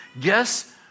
Guess